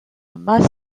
must